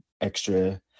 extra